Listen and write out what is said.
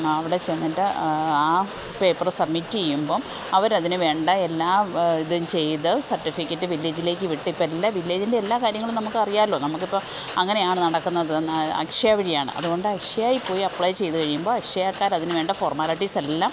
അവിടെ ചെന്നിട്ട് ആ പേപ്പറ് സബ്മിറ്റ് ചെയ്യുമ്പം അവർ അതിന് വേണ്ട എല്ലാ ഇതും ചെയ്തു സർട്ടിഫിക്കറ്റ് വില്ലേജിലേയ്ക്ക് വിട്ട് ഇപ്പം എല്ലാം വില്ലേജിൻ്റെ എല്ലാ കാര്യങ്ങളും നമ്മൾക്ക് അറിയാലോ നമ്മൾക്ക് ഇപ്പം അങ്ങനെയാണ് നടക്കുന്നത് അക്ഷയ വഴിയാണ് അത്കൊണ്ട് അക്ഷയയിൽ പോയി അപ്ലൈ ചെയ്തു കഴിയുമ്പം അക്ഷയാക്കാർ അതിന് വേണ്ട ഫോർമാലറ്റീസ് എല്ലാം